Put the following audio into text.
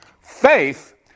Faith